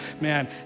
man